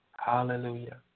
Hallelujah